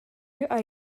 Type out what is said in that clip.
are